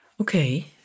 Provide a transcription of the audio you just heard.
Okay